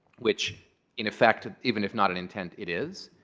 which in effect, even if not in intent, it is.